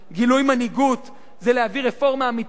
גילוי מנהיגות זה להביא רפורמה אמיתית,